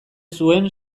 zuen